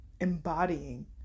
embodying